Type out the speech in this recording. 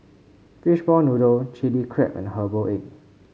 Fishball Noodle Chilli Crab and Herbal Egg